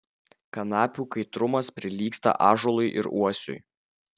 kanapių kaitrumas prilygsta ąžuolui ir uosiui